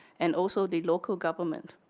and also the local government.